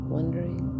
Wondering